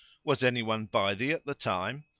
was any one by thee at the time?